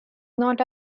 not